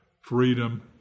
freedom